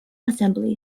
assembly